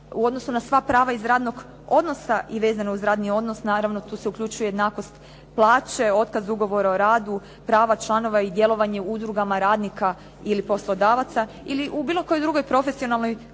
u odnosu na sva prava iz radnog odnosa i vezano uz radni odnos, naravno tu se uključuje jednakost plaće, otkaz ugovora o radu, prava članova i djelovanje udrugama radnika ili poslodavaca, ili u bilo kojoj drugoj profesionalnoj organizaciji.